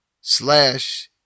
slash